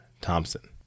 Thompson